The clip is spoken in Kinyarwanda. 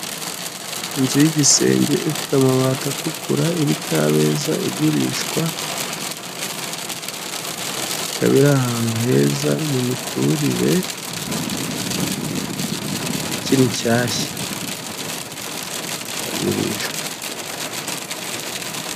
Inzu y'igisenge ifite amabati atukura iri kabeza igurishwa, ikaba iri ahantu heza mu miturire, ikiri nshyashya. Iragurishwa.